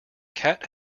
cat